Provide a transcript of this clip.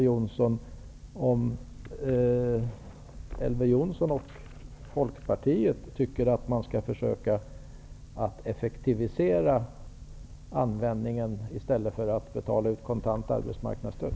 Jonsson och Folkpartiet att man skall försöka att effektivisera användningen av pengarna i stället för att betala ut kontant arbetsmarknadsstöd?